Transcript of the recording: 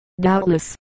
Doubtless